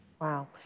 Wow